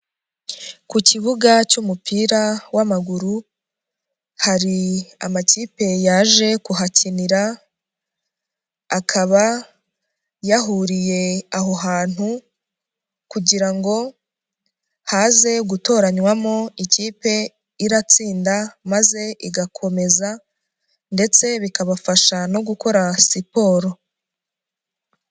Ku kibuga cy'umupira w'amaguru. Hari amakipe yaje kuhakinira. Akaba, yahuriye aho hantu, kugira ngo, haze gutoranywamo ikipe iratsinda maze igakomeza, ndetse bikabafasha no gukora siporo.